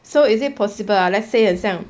so is it possible ah let's say 很像